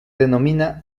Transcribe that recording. denomina